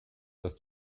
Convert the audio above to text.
dass